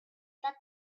that